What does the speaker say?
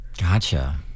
Gotcha